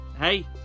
Hey